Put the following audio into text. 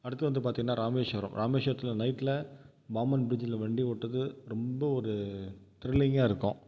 அடுத்து வந்து பார்த்தீங்கன்னா ராமேஸ்வரம் ராமேஸ்வரத்தில் நைட்டில் பாம்பன் பிரிட்ஜில் வண்டி ஓட்டுவது ரொம்ப ஒரு திரில்லிங்காக இருக்கும்